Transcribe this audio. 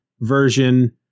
version